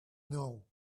know